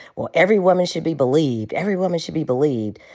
well, every woman should be believed, every woman should be believed.